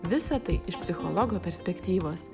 visa tai iš psichologo perspektyvos